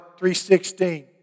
3.16